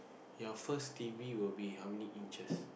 your first t_v will be how many inches